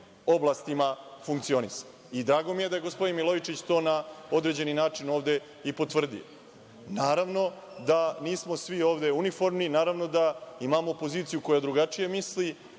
oblastima funkcionisanja. Drago mi je da je gospodin Milojičić to na određeni način ovde i potvrdio. Naravno da nismo svi ovde u uniformi. Naravno da imamo opoziciju koja drugačije misli,